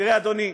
תראה, אדוני,